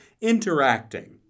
interacting